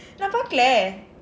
நான் பார்க்கவில்லை:naan paarkavillai